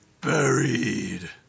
Buried